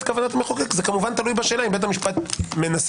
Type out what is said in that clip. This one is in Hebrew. כוונת המחוקק זה תלוי בשאלה אם בית המשפט מנסה